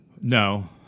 No